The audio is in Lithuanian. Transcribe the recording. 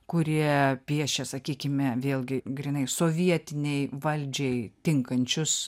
kurie piešia sakykime vėlgi grynai sovietinei valdžiai tinkančius